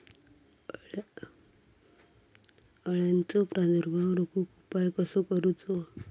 अळ्यांचो प्रादुर्भाव रोखुक उपाय कसो करूचो?